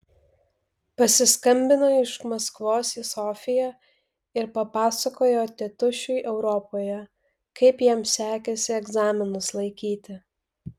pasiskambino iš maskvos į sofiją ir papasakojo tėtušiui europoje kaip jam sekėsi egzaminus laikyti